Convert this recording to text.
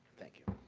thank you.